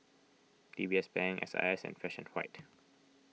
D B S Bank S I S and Fresh and White